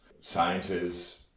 sciences